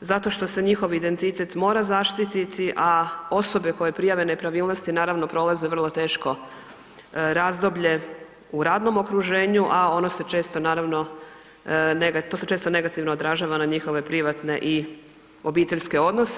zato što se njihov identitet mora zaštiti, a osobe koje prijave nepravilnosti naravno prolaze vrlo teško razdoblje u radnom okruženju, a to se često naravno negativno odražava na njihove privatne i obiteljske odnose.